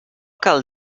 cal